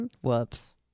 Whoops